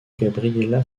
gabriela